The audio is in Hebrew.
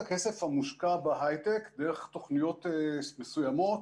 הכסף המושקע בהיי-טק דרך תוכניות מסוימות.